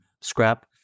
scrap